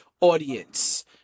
audience